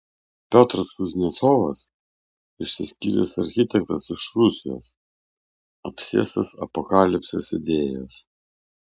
piotras kuznecovas išsiskyręs architektas iš rusijos apsėstas apokalipsės idėjos